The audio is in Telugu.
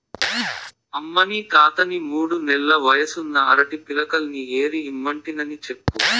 అమ్మనీ తాతని మూడు నెల్ల వయసున్న అరటి పిలకల్ని ఏరి ఇమ్మంటినని చెప్పు